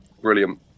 Brilliant